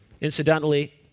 Incidentally